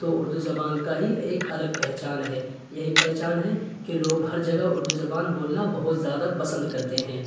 تو اردو زبان کا ہی ایک الگ پہچان ہے یہی پہچان ہے کہ لوگ ہر جگہ اردو زبان بولنا بہت زیادہ پسند کرتے ہیں